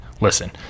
Listen